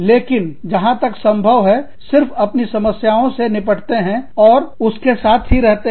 लेकिन जहां तक संभव है सिर्फ अपनी समस्याओं से निपटने हैं और उसके साथ ही रहते हैं